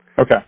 Okay